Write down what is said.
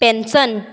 pension